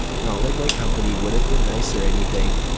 not like my company would have been nice or anything.